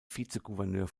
vizegouverneur